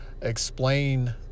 explain